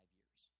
years